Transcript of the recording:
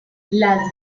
las